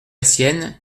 sienne